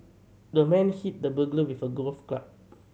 the man hit the burglar with a golf club